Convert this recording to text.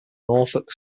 norfolk